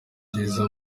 byiza